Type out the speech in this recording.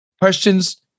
questions